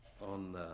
on